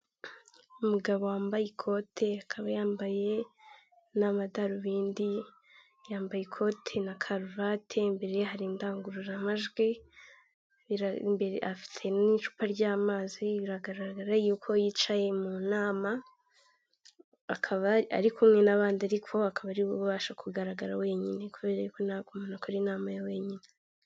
Umugabo wambaye ikote akaba yambaye n'amadarubindi, yambaye ikoti na karuvate, imbere ye hari indangururamajwi, afite n'icupa ry'amazi biragara yuko yicaye mu nama, akaba ari kumwe n'abandi ariko akaba ari we ubasha kugaragara wenyine kubera yuko ntago umuntu akora inama ari wenyine.